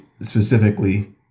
specifically